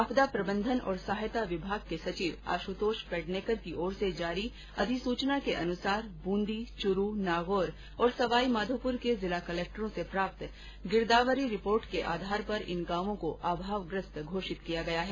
आपदा प्रबंधन और सहायता विभाग के सचिव आशुतोष पेडणेकर की ओर से जारी अधिसूचना के अनुसार बूंदी चूरू नागौर और सवाईमाधोपुर के जिला कलेक्टरों से प्राप्त गिरदावरी रिपोर्ट के आधार पर इन गांवों को अभावग्रस्त घोषित किया गया है